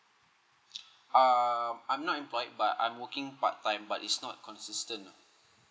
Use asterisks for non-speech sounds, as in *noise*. *noise* uh I'm not employed but I'm working part time but it's not consistent ah